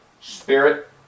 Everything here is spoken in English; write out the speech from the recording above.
spirit